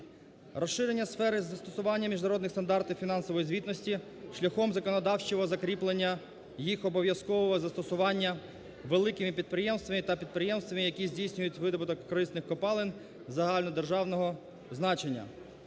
Розширення сфери застосування міжнародних стандартів фінансової звітності шляхом законодавчого закріплення їх обов'язкового застосування великими підприємствами та підприємствами, які здійснюють видобуток корисних копалин загальнодержавного значення,